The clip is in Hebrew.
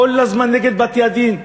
כל הזמן נגד בתי-הדין.